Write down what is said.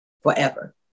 forever